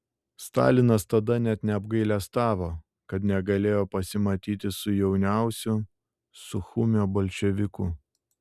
stalinas tada net apgailestavo kad negalėjo pasimatyti su jauniausiu suchumio bolševiku